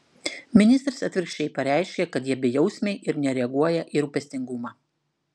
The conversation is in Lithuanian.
ministras atvirkščiai pareiškia kad jie bejausmiai ir nereaguoja į rūpestingumą